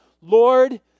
Lord